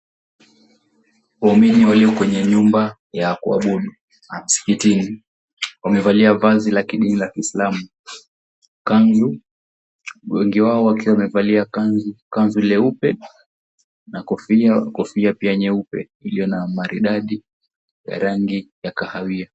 Waumini walio kwenye nyumba ya kuabudu Msikitini wamevalia vazi la kidini la Kiislamu, kanzu. Wengi wao wakiwa wamevalia kanzu leupe na kofia pia nyeupe iliyo na maridadi ya rangi ya kahawia.